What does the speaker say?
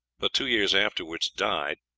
but two years afterwards died,